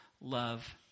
love